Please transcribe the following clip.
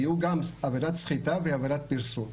יהיו גם עבירת סחיטה ועבירת פרסום.